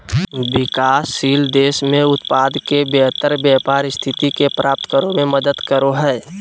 विकासशील देश में उत्पाद के बेहतर व्यापार स्थिति के प्राप्त करो में मदद करो हइ